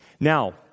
Now